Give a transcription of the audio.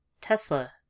Tesla